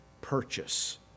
purchase